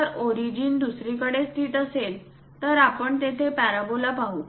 जर ओरिजिन दुसरीकडे स्थित असेल तर आपण तेथे पॅराबोला पाहू